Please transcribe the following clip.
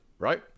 right